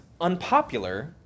unpopular